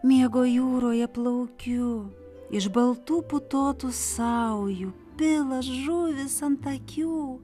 miego jūroje plaukiu iš baltų putotų saujų pilas žuvys ant akių